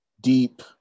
deep